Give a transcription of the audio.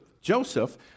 Joseph